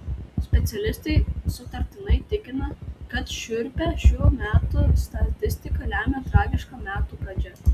specialistai sutartinai tikina kad šiurpią šių metų statistiką lemia tragiška metų pradžia